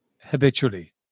habitually